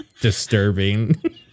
disturbing